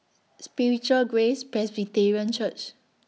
Spiritual Grace Presbyterian Church